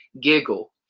giggle